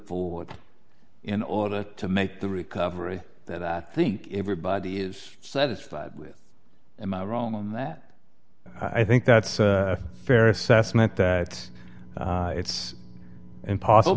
forward in order to make the recovery that i think everybody is satisfied with am i wrong on that i think that's a fair assessment that it's impossible